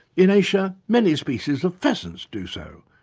in asia many species of pheasants do so,